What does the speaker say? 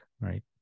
right